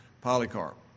Polycarp